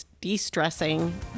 de-stressing